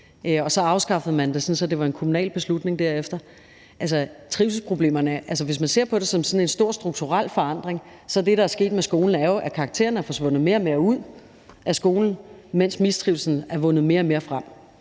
og så afskaffede man det, sådan at det var en kommunal beslutning derefter. Altså, i forhold til trivselsproblemerne vil jeg sige, at hvis man ser på det som sådan en stor strukturel forandring, så er det, der er sket med skolen, jo, at karaktererne er forsvundet mere og mere ud af skolen, mens mistrivslen er vundet mere og mere frem.